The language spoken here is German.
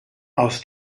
aus